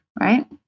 right